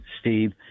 Steve